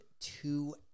two